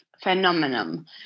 phenomenon